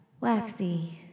waxy